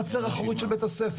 הם הולכים לחצר האחורית של בית-הספר,